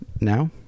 Now